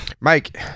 Mike